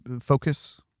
focus